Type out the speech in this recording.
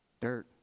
Dirt